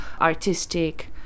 artistic